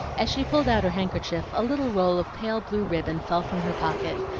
as she pulled out her handkerchief, a little roll of pale blue ribbon fell from her pocket,